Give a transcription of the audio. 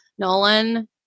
Nolan